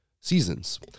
seasons